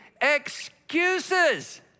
excuses